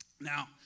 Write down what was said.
Now